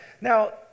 Now